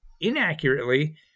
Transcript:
inaccurately